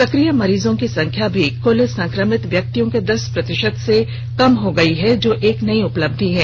सक्रिय मरीजों की संख्या भी कल संक्रमित व्यक्तियों के दस प्रतिशत से कम हो गई है जो एक नई उपलब्धि है